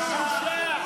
בושה.